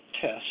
test